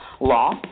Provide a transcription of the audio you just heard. law